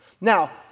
Now